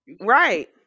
right